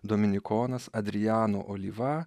dominikonas adriano olyva